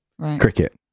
Cricket